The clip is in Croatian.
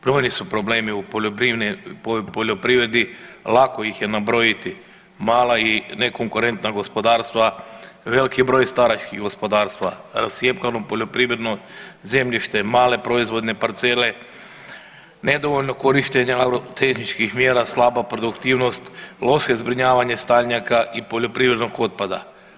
Brojni su problemi u poljoprivredi, lako ih je nabrojiti, mala i nekonkurentna gospodarstva, veliki broj starih gospodarstva, rascjepkano poljoprivredno zemljište, male proizvodne parcele, nedovoljno korištenje agrotehničkih mjera, slaba produktivnost, loše zbrinjavanje staljnjaka i poljoprivrednog otpada.